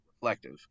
reflective